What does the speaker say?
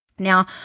Now